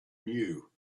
knew